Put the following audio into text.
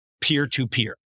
peer-to-peer